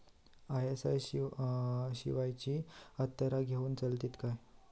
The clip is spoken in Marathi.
आय.एस.आय शिवायची हत्यारा घेऊन चलतीत काय?